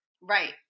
Right